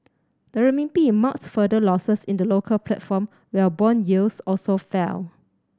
the Renminbi marked further losses in the local platform while bond yields also fell